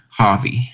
Javi